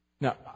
Now